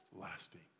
lasting